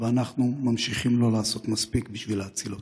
ואנחנו ממשיכים לא לעשות מספיק בשביל להציל אותם.